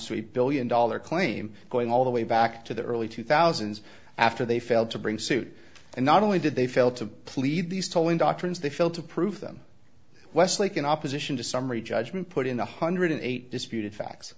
one billion dollars claim going all the way back to the early two thousand after they failed to bring suit and not only did they fail to plead these tolling doctrines they failed to prove them westlake in opposition to summary judgment put in a high one hundred and eight disputed facts